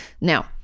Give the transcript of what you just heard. Now